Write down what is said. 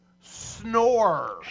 snore